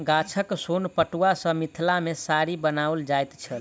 गाछक सोन पटुआ सॅ मिथिला मे साड़ी बनाओल जाइत छल